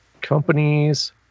companies